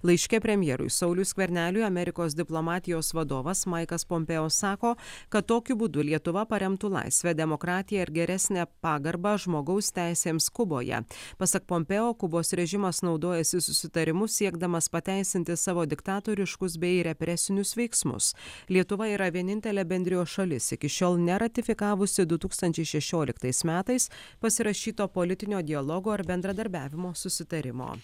laiške premjerui sauliui skverneliui amerikos diplomatijos vadovas maiklas pompėjo sako kad tokiu būdu lietuva paremtų laisvę demokratiją ir geresnę pagarbą žmogaus teisėms kuboje pasak pompėjo kubos režimas naudojasi susitarimu siekdamas pateisinti savo diktatoriškus bei represinius veiksmus lietuva yra vienintelė bendrijos šalis iki šiol neratifikavusi du tūkstančiai šešioliktais metais pasirašyto politinio dialogo ar bendradarbiavimo susitarimo